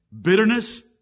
bitterness